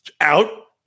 out